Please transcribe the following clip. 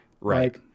right